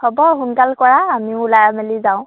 হ'ব সোনকাল কৰা আমিও ওলাই মেলি যাওঁ